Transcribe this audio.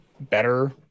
better